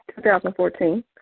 2014